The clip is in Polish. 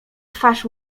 twarz